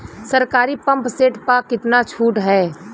सरकारी pump set प कितना छूट हैं?